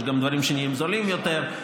יש גם דברים שנהיים זולים יותר,